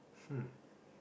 hmm